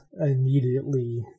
immediately